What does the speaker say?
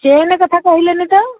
chain କଥା କହିଲେନି ତ